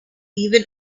even